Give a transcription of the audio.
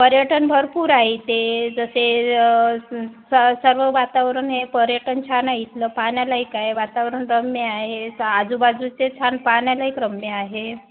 पर्यटन भरपूर आहे इथे जसे स सर्व वातावरण हे पर्यटन छान आहे इथलं पाहण्यालायक आहे वातावरण रम्य आहे स आजूबाजूचे छान पाहण्यालायक रम्य आहे